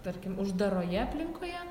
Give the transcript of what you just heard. tarkim uždaroje aplinkoje